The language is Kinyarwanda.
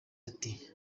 ati